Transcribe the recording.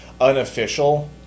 unofficial